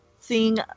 Seeing